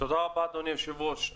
תודה רבה, אדוני היושב-ראש.